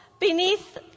beneath